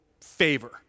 favor